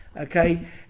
okay